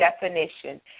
definition